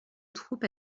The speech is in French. troupe